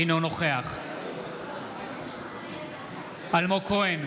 אינו נוכח אלמוג כהן,